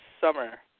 summer